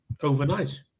overnight